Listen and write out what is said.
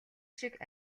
шиг